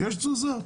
יש תזוזות.